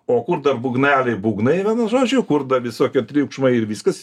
o kur dar būgneliai būgnai vienu žodžiu kur da visokie triukšmai ir viskas